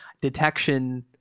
detection